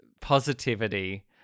positivity